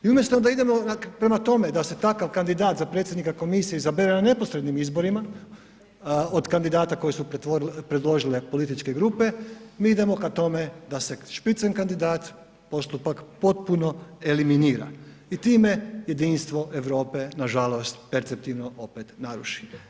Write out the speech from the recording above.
I umjesto da idemo prema tome da se takav kandidat za predsjednik komisije izabere na neposrednim izborima od kandidata koji su predložile političke grupe, mi idemo ka tome da se spitzenkandidat postupak potpuno eliminira i time jedinstvo Europske nažalost perceptivno opet naruši.